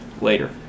later